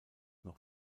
noch